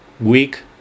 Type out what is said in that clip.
week